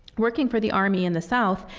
working for the army in the south,